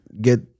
get